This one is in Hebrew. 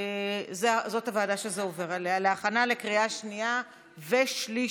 זו הוועדה שהחוק עובר אליה להכנה לקריאה שנייה ושלישית.